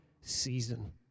season